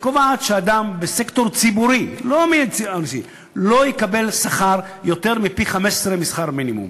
שקובעת שאדם בסקטור ציבורי לא יקבל שכר יותר מפי-15 משכר המינימום.